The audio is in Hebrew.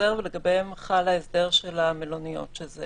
כחוזר ולגביהם חל ההסדר של המלוניות שזה